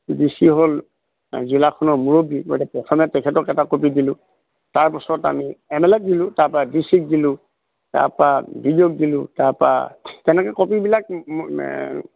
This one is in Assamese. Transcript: ডি চি হ'ল জিলাখনৰ মুৰব্বী গতিকে প্ৰথমে তেখেতক এটা কপি দিলোঁ তাৰপাছত আমি এম এল এ দিলোঁ তাৰ পৰা ডি চিক দিলোঁ তাৰ পৰা বি ডি অ'ক দিলোঁ তাৰ পৰা তেনেকে কপি বিলাক